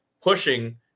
pushing